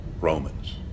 Romans